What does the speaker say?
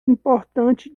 importante